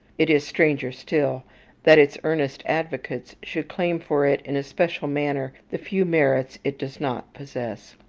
it is stranger still that its earnest advocates should claim for it in a special manner the few merits it does not possess.